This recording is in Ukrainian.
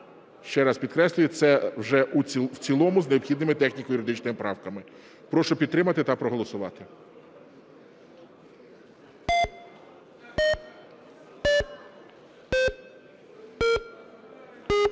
Ще раз підкреслюю, це вже в цілому з необхідними техніко-юридичними правками. Прошу підтримати та проголосувати.